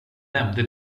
nämnde